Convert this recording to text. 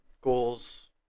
goals